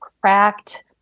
cracked